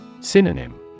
Synonym